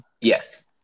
Yes